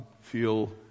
feel